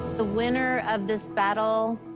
the winner of this battle.